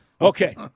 Okay